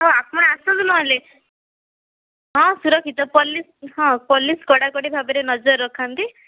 ଆଉ ଆପଣ ଆସନ୍ତୁ ନହେଲେ ହଁ ସୁରକ୍ଷିତ ପୋଲିସ୍ ହଁ ପୋଲିସ୍ କଡ଼ାକଡ଼ି ଭାବରେ ନଜର ରଖନ୍ତି